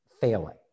failing